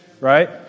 Right